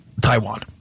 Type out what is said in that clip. Taiwan